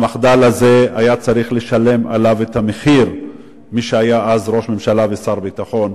על המחדל הזה היה צריך לשלם את המחיר מי שהיה אז ראש ממשלה ושר ביטחון,